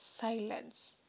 silence